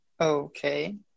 Okay